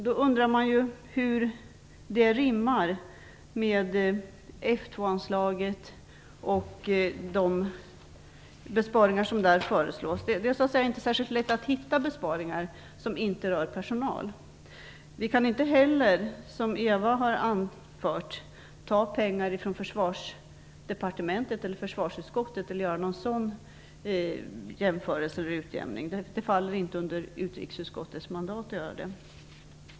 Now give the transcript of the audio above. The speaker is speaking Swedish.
Då undrar jag hur det rimmar med vad ni säger om F 2-anslaget och de besparingar som där föreslås. Det är inte särskilt lätt att hitta besparingar som inte rör personal. Vi kan inte heller, som Eva Zetterberg har anfört, ta pengar från Försvarsdepartementet eller försvarsutskottet och göra någon sådan utjämning. Det faller inte under utrikesutskottets mandat att göra det.